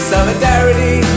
Solidarity